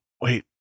wait